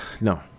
No